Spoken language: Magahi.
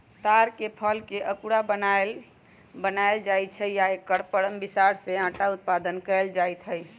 तार के फलके अकूरा बनाएल बनायल जाइ छै आ एकर परम बिसार से अटा उत्पादन कएल जाइत हइ